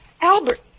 Albert